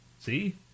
See